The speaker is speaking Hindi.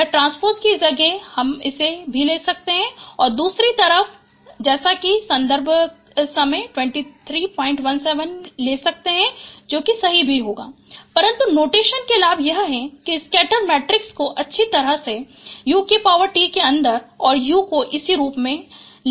यह ट्रांसपोज़ की जगह हम इसे भी ले सकते हैं और दूसरी तरफ सन्दर्भ समय 2317 ले सकते हैं जो कि सही भी होगा परन्तु नोटेशन के लाभ यह हैं कि स्कैटर्ड मैट्रिक्स को अच्छी तरह से uT के अन्दर और u को इसी रूप में ले सकते हैं